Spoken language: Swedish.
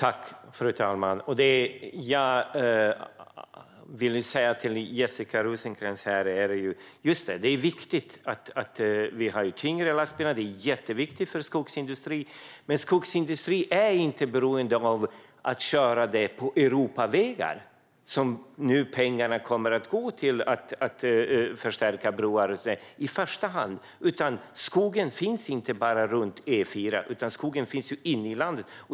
Fru talman! Just det, Jessica Rosencrantz, det är viktigt att vi har tyngre lastbilar, och de är jätteviktiga för skogsindustrin. Men skogsindustrin är inte i första hand beroende av att lastbilarna kör på Europavägar, som pengarna nu kommer att gå till. Det handlar om att förstärka broar och så vidare på dessa vägar. Skogen finns inte bara runt E4, utan skogen finns inne i landet.